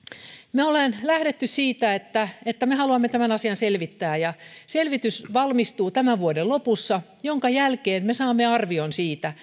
me olemme lähteneet siitä että että me haluamme tämän asian selvittää ja selvitys valmistuu tämän vuoden lopussa minkä jälkeen me saamme arvion siitä